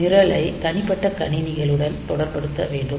நிரலை தனிப்பட்ட கணினிகளுடன் தொடர்படுத்த வேண்டும்